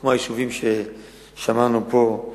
כמו היישובים ששמענו עליהם פה,